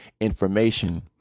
information